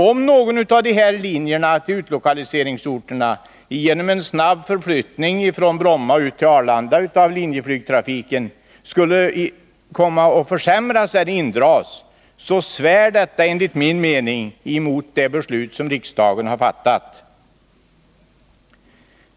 Om någon av dessa linjer inom Linjeflygtrafiken till utlokaliseringsorterna genom en snabb förflyttning från Bromma ut till Arlanda skulle komma att försämras eller indras, strider detta enligt min mening emot det beslut riksdagen har fattat.